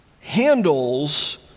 handles